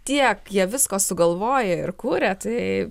tiek jie visko sugalvoja ir kuria tai